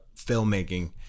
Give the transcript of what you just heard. filmmaking